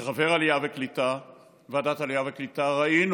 כחבר ועדת העלייה והקליטה, ראינו